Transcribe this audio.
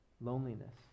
loneliness